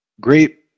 great